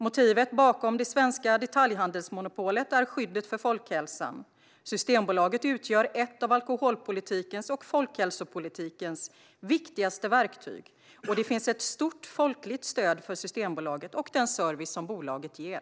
Motivet bakom det svenska detaljhandelsmonopolet är skyddet för folkhälsan. Systembolaget utgör ett av alkoholpolitikens och folkhälsopolitikens viktigaste verktyg, och det finns ett stort folkligt stöd för Systembolaget och den service som bolaget ger.